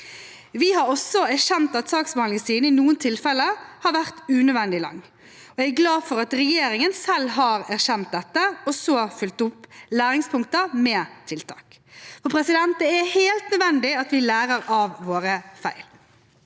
Vi har også erkjent at saksbehandlingstiden i noen tilfeller har vært unødvendig lang, og jeg er glad for at regjeringen selv har erkjent dette og så fulgt opp læringspunkter med tiltak, for det er helt nødvendig at vi lærer av våre feil.